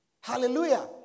Hallelujah